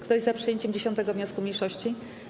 Kto jest za przyjęciem 10. wniosku mniejszości?